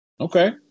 Okay